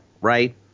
right